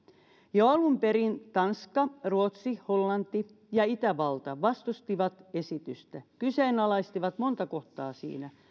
jo alun perin tanska ruotsi hollanti ja itävalta vastustivat esitystä kyseenalaistivat monta kohtaa siinä